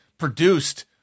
produced